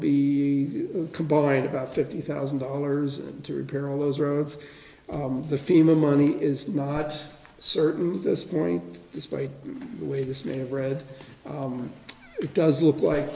be combined about fifty thousand dollars to repair all those roads the fema money is not certainly this morning despite the way this may have read it does look like